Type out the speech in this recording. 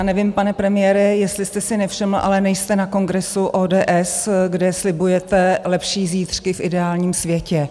Nevím, pane premiére, jestli jste si nevšiml, ale nejste na kongresu ODS, kde slibujete lepší zítřky v ideálním světě.